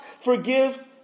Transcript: Forgive